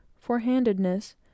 forehandedness